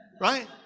right